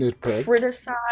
criticize